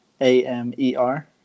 A-M-E-R